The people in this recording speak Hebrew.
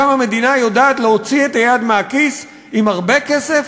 שם המדינה יודעת להוציא את היד מהכיס עם הרבה כסף,